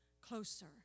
closer